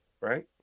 right